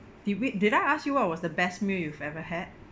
did we did I ask you what was the best meal you've ever had